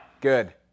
Good